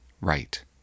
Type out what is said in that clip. right